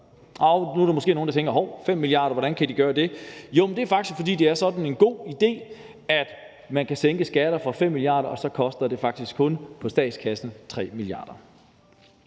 kr. Nu er der måske nogle, der tænker: Hov, 5 mia. kr., hvordan kan de gøre det? Det er faktisk, fordi det er sådan en god idé, at man kan sænke skatter for 5 mia. kr., og så koster det faktisk kun statskassen 3 mia. kr.